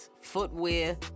Footwear